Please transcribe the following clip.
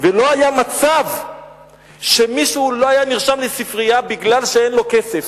ולו היה מצב שמישהו לא היה נרשם לספרייה כי אין לו כסף,